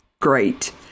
Great